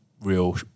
real